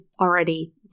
already